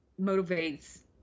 motivates